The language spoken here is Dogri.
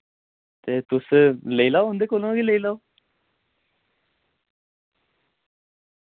ते तुस लेई लाओ उंदे कोला गै लेई लाओ